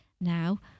now